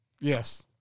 Yes